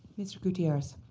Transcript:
mr. gutierrez.